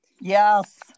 Yes